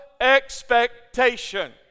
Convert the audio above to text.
expectation